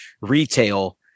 retail